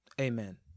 Amen